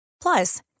Plus